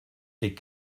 est